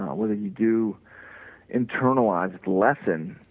whether you do internalize lesson,